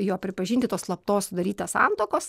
jo pripažinti tos slaptos sudarytos santuokos